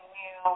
new